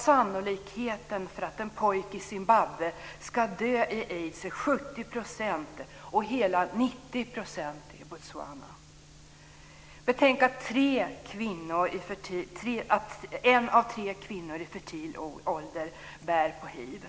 Sannolikheten för att en pojke i Zimbabwe ska dö i aids är 70 % och hela 90 % i Botswana. Betänk att en av tre kvinnor i fertil ålder bär på hiv.